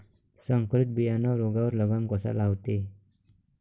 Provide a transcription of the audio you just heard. संकरीत बियानं रोगावर लगाम कसा लावते?